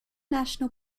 national